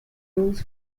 rules